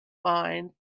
mind